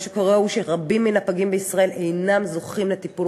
מה שקורה הוא שרבים מן הפגים בישראל אינם זוכים לטיפול